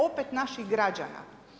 Opet naših građana.